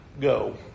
go